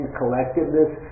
collectiveness